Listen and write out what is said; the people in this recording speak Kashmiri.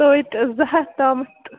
توتہِ زٕ ہَتھ تامَتھ